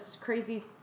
crazy